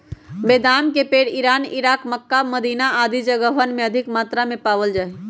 बेदाम के पेड़ इरान, इराक, मक्का, मदीना आदि जगहवन में अधिक मात्रा में पावल जा हई